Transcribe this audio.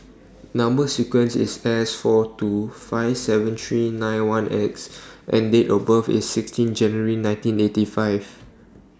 Number sequence IS S four two five seven three nine one X and Date of birth IS sixteen January nineteen eighty five